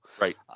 Right